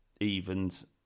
evens